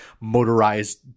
motorized